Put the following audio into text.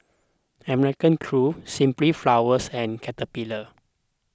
American Crew Simply Flowers and Caterpillar